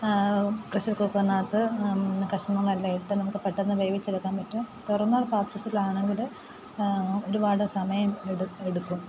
pressure കുക്കറിനകത്ത് കഷ്ണങ്ങളെല്ലാമിട്ട് നമുക്ക് പെട്ടെന്നു വേവിച്ചെടുക്കാൻ പറ്റും തുറന്ന പാത്രത്തിലാണെങ്കിൽ ഒരുപാട് സമയം എട് എടുക്കും